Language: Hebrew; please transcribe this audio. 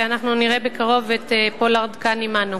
ואנחנו נראה בקרוב את פולארד כאן עמנו.